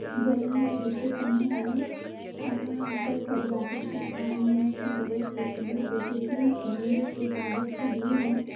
जमीन खरीदते समय हमें कई सारी बातों का ध्यान देने की ज़रूरत होती है जैसे की जमीन के कागज़ सही हैं